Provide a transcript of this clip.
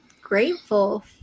grateful